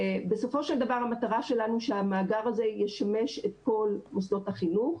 בסופו של דבר המטרה שלנו שהמאגר הזה ישמש את כל מוסדות החינוך.